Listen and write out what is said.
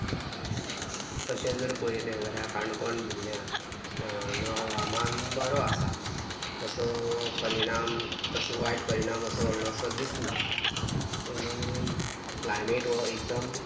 तशें जर पळयले जाल्यार काणकोण जिल्यांत हवामान बरो आसा तसो परिणाम तसो वायट परिणाम असो व्हडलोसो दिसना पूण क्लायमेट हो एकदम